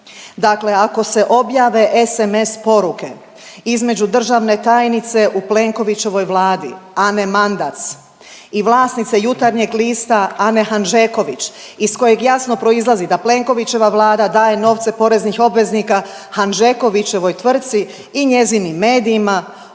Dakle ako se objave SMS poruke između državne tajnice u Plenkovićevoj Vladi Ane Mandac i vlasnice Jutarnjeg lista Ane Hanžeković, iz kojeg jasno proizlazi da Plenkovićeva Vlada daje novce poreznih obveznika Hanžekovićevoj tvrtki i njezinim medijima